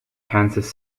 kansas